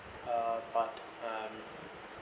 uh but um